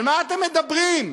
על מה אתם מדברים?